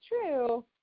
true